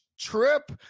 trip